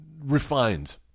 refined